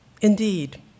Indeed